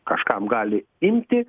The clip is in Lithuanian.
kažkam gali imti